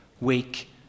weak